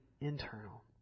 internal